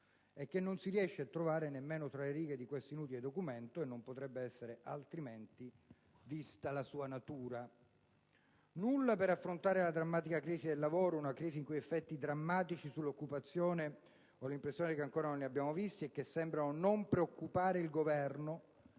e che non si riesce a trovare nemmeno tra le righe di questo inutile documento, e non potrebbe essere altrimenti vista la sua natura; nulla per affrontare la drammatica crisi del lavoro, una crisi i cui effetti drammatici sull'occupazione ho l'impressione che ancora non li abbiamo visti e che sembrano non preoccupare il Governo